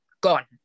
gone